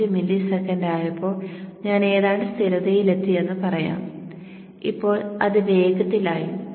5 millisecond ആയപ്പോൾ ഞാൻ ഏതാണ്ട് സ്ഥിരതയിൽ എത്തി എന്ന് പറയാം ഇപ്പോൾ അത് വേഗത്തിൽ ആയി